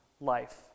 life